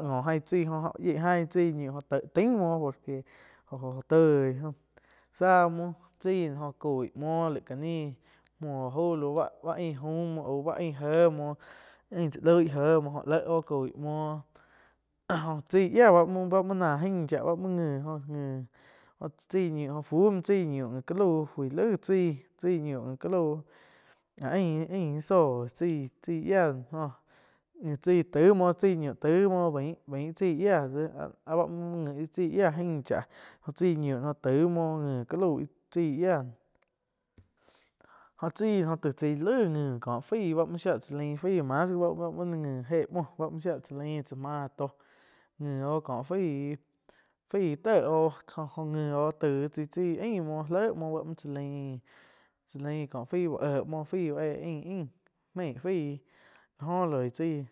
ngo ain chaíh jo yieg ain gi tzaih ñiu óh taim muo por que jo-jo toi, sá muoh chai no oh coi muoh laig cá níh muoh auh lau báh, ain jaum auh báh ain éi, ain tzá loih éh jo léh oh coih muoh jo tsái yia bá muo náh ain chá bá muo ngi jo ngi tsai ñio jóh bu noh chai ñio ngi ca lau fui lai tsai ñiu ngi cá lau áh ain-ain sóh chai-chai yiah joh ngi chai tai muo bai-bai chai yiah de áh muo ngi chai yia ain cháh jo chai ñiu jo taih muo ngi cá lau íh tzai yiah jho tsai jo taih chái laig ngi có fai mu shia cha lain fai mas gi ba ngi éh muoh shía cha lain chá máh tóh ngi oj kó faí, fái té oh jo-jo ngi oh tai tsai chái ain muo le muo bá müh cha lain cha lain có faih úh éh muoh bái ain, ain méih faih lá gó loi chaí.